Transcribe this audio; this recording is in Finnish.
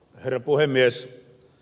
herra puhemies